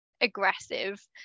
aggressive